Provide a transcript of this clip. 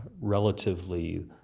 relatively